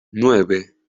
nueve